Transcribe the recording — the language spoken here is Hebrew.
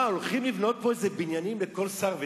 מה, הולכים פה להקצות בניינים לכל שר ושר?